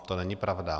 To není pravda.